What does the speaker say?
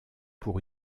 pour